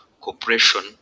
cooperation